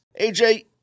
AJ